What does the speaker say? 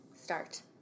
start